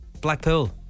Blackpool